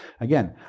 Again